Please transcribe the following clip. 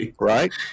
Right